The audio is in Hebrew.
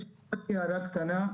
יש לי רק הערה קטנה.